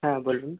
হ্যাঁ বলুন